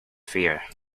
fear